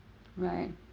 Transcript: right